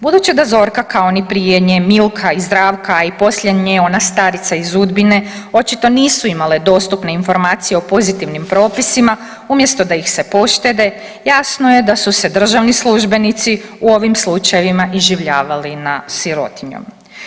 Budući da Zorka kao ni prije nje Milka i Zdravka i poslije nje ona starica iz Udbine očito nisu imale dostupne informacije o pozitivnim propisima umjesto da ih se poštede jasno je da su se državni službenici u ovim slučajevima iživljavali nad sirotinjom.